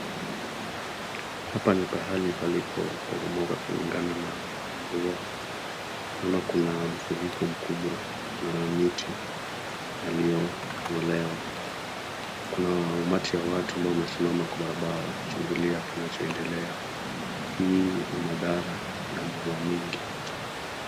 Hapa ni mahali palipoporomoka kulingana na mvua. Naona kuna mafuriko makubwa na miti yaliyong'olewa. Kuna umati wa watu ambao wamesimama kwa barabara kuchungulia kinachoendelea. Hii ni madhara ya mvua mingi.